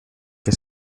que